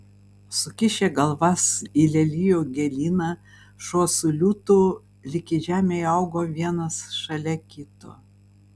sukišę galvas į lelijų gėlyną šuo su liūtu lyg į žemę įaugo vienas šalia kito